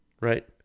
right